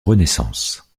renaissance